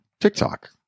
TikTok